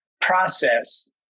process